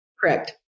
Correct